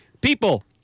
People